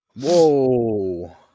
Whoa